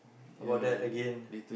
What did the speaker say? about that again